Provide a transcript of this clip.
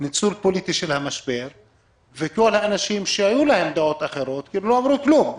ניצול פוליטי של המשבר וכל האנשים שהיו להם דעות אחרות לא אמרו כלום,